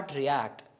react